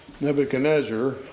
Nebuchadnezzar